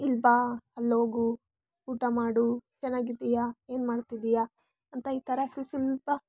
ಇಲ್ಲಿ ಬಾ ಅಲ್ಲೋಗು ಊಟ ಮಾಡು ಚೆನ್ನಾಗಿದ್ದಿಯಾ ಏನು ಮಾಡ್ತಿದ್ದೀಯ ಈ ಥರ ಸ್ವಸ್ವಲ್ಪ